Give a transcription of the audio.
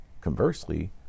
Conversely